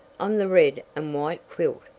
on the red and white quilt.